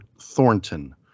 thornton